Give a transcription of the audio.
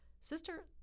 sister